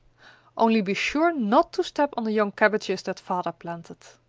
only be sure not to step on the young cabbages that father planted.